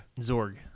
Zorg